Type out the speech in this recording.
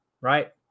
right